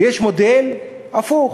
ויש מודל הפוך,